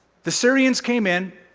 the syrians came in,